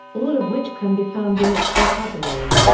all of which can be found in its vocabulary.